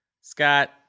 Scott